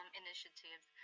um initiatives.